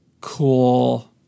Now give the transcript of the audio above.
Cool